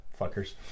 Fuckers